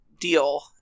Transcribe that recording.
deal